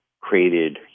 created